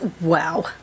Wow